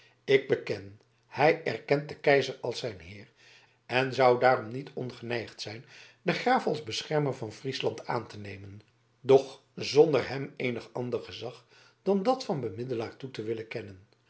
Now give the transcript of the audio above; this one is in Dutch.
ik beken hij erkent den keizer als zijn heer en zou daarom niet ongeneigd zijn den graaf als beschermer van friesland aan te nemen doch zonder hem eenig ander gezag dan dat van bemiddelaar toe te willen kennen